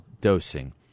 dosing